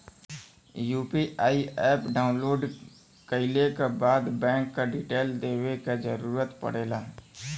UPI app download कइले क बाद बैंक क डिटेल देवे क जरुरत पड़ेला